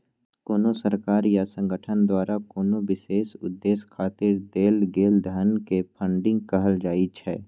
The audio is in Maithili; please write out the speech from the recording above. कोनो सरकार या संगठन द्वारा कोनो विशेष उद्देश्य खातिर देल गेल धन कें फंडिंग कहल जाइ छै